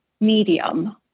medium